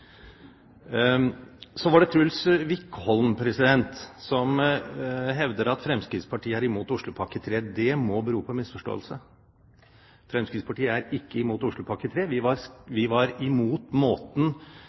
Så var det Truls Wickholm, som hevder at Fremskrittspartiet er imot Oslopakke 3. Det må bero på en misforståelse. Fremskrittspartiet er ikke imot Oslopakke 3. Vi var